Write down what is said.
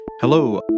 Hello